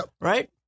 Right